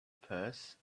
purse